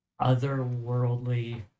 otherworldly